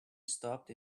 stopped